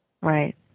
Right